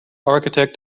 architect